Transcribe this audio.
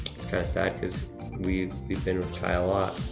it's kinda sad cause we've we've been with kye a lot.